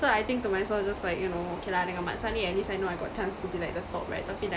so I think to myself just like you know okay lah then mat salleh at least I know I got chance to be the top right tapi like